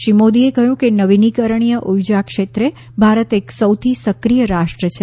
શ્રી મોદીએ કહ્યું કે નવીનીકરણીય ઊર્જા ક્ષેત્રે ભારત એક સૌથી સક્રિય રાષ્ટ્ર છે